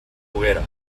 poguera